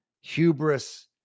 hubris